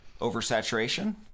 oversaturation